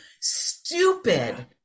stupid